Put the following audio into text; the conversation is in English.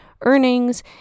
earnings